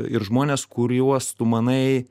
ir žmones kuriuos tu manai